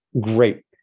Great